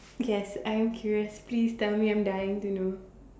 okay yes I am curious please tell me I'm dying to know